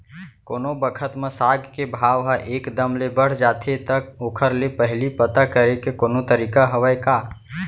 कोनो बखत म साग के भाव ह एक दम ले बढ़ जाथे त ओखर ले पहिली पता करे के कोनो तरीका हवय का?